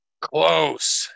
Close